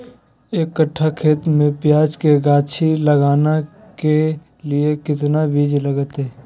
एक कट्ठा खेत में प्याज के गाछी लगाना के लिए कितना बिज लगतय?